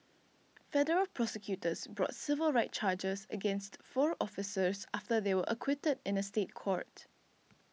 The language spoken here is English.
federal prosecutors brought civil rights charges against four officers after they were acquitted in a State Court